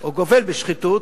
או גובל בשחיתות,